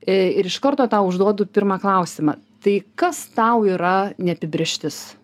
ir iš karto tau užduodu pirmą klausimą tai kas tau yra neapibrėžtis